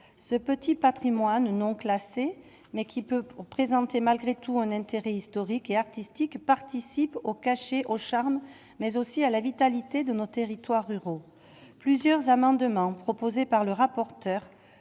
ce petit Patrimoine non classée, mais qui peut, pour présenter malgré tout un intérêt historique et artistique participe au caché au charme mais aussi à la vitalité de nos territoires ruraux plusieurs amendements proposés par le rapporteur